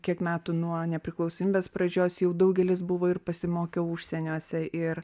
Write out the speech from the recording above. kiek metų nuo nepriklausomybės pradžios jau daugelis buvo ir pasimokę užsieniuose ir